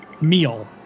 meal